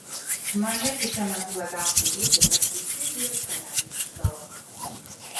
man irgi šiuo metu labiausiai rūpi kad visi hjustone būtų saugūs